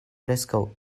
preskaŭ